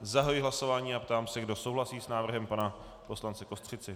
Zahajuji hlasování a ptám se, kdo souhlasí s návrhem pana poslance Kostřici.